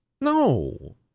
No